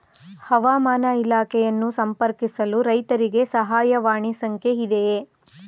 ಹವಾಮಾನ ಇಲಾಖೆಯನ್ನು ಸಂಪರ್ಕಿಸಲು ರೈತರಿಗೆ ಸಹಾಯವಾಣಿ ಸಂಖ್ಯೆ ಇದೆಯೇ?